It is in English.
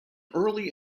early